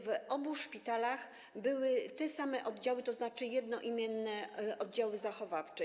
W obu szpitalach były te same oddziały, tzn. jednoimienne oddziały zachowawcze.